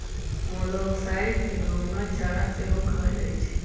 मोलॉक्साइड्स के घोंघा चारा सेहो कहल जाइ छइ